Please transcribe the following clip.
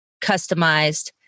customized